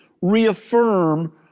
reaffirm